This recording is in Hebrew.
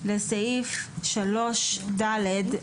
לסעיף 3(ד).